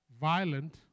violent